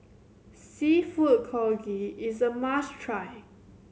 Seafood Congee is a must try